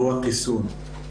והוא החיסון.